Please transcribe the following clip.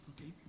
Okay